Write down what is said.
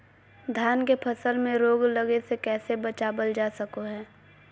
धान के फसल में रोग लगे से कैसे बचाबल जा सको हय?